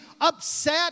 upset